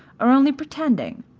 or only pretending.